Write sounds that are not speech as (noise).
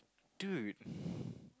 dude (breath)